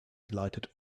delighted